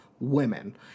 Women